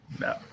No